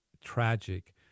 tragic